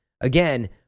Again